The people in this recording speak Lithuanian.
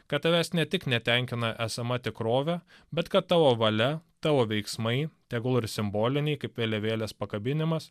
kad tavęs ne tik netenkina esama tikrovė bet kad tavo valia tavo veiksmai tegul ir simboliniai kaip vėliavėlės pakabinimas